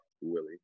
Willie